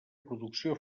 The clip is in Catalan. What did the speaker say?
producció